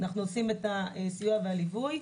אנחנו נותנים את הסיוע והליווי,